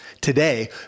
today